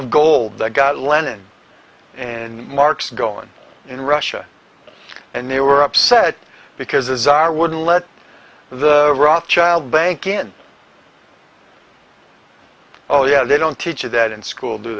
of gold that got lenin and marx going in russia and they were upset because the czar wouldn't let the rothschild bank in oh yeah they don't teach that in school do